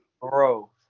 Bro